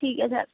ঠিক আছে